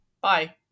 Bye